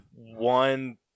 one